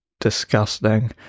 disgusting